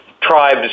tribes